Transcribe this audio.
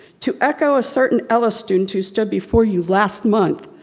to echo a certain ela student who stood before you last month,